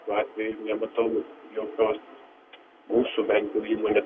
šiuo atveju nematau jokios mūsų bent jau įmonė